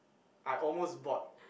I almost bought